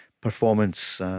performance